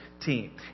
team